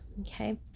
Okay